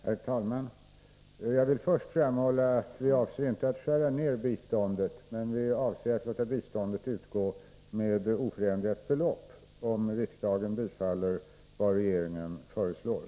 Herr talman! Jag vill först framhålla att vi inte avser att skära ned biståndet, utan att låta det utgå med oförändrat belopp, om riksdagen bifaller vad regeringen föreslår.